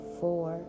four